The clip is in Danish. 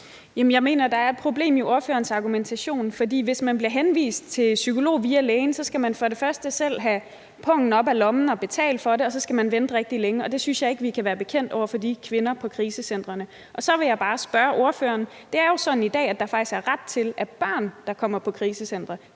jeg mener, der er et problem i ordførerens argumentation, for hvis man bliver henvist til psykolog via lægen, skal man for det første selv have pungen op af lommen og betale for det, og for det andet skal man vente rigtig længe, og det synes jeg ikke vi kan være bekendt over for de kvinder på krisecentrene. Så vil jeg bare spørge ordføreren: Det er jo sådan i dag, at der faktisk for børn, der kommer på krisecenter,